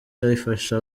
ifasha